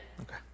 okay